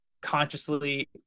consciously